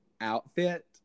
outfit